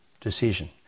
decision